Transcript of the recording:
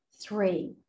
three